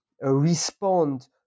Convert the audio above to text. respond